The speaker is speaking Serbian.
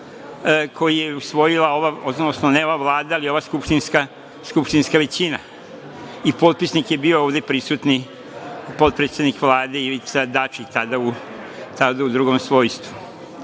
koji je usvojila, odnosno ne ova Vlada, nego ova skupštinska većina, i potpisnik je bio ovde prisutni, potpredsednik Vlade Ivica Dačić, tada u drugom svojstvu. Bilo